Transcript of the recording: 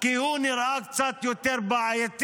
אתה הבא?